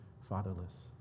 fatherless